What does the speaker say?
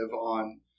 on